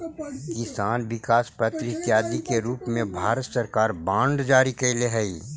किसान विकास पत्र इत्यादि के रूप में भारत सरकार बांड जारी कैले हइ